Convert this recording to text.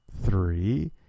three